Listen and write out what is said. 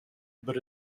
but